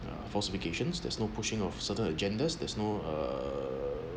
falsifications there's no pushing off certain agendas there's no uh